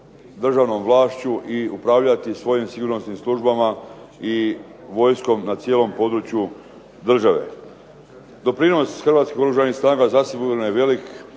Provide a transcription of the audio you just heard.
državnom vlašću i upravljati svojim sigurnosnim službama i vojskom na cijelom području države. Doprinos hrvatskih oružanih snaga zasigurno je velik